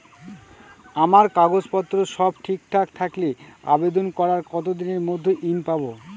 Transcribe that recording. আমার কাগজ পত্র সব ঠিকঠাক থাকলে আবেদন করার কতদিনের মধ্যে ঋণ পাব?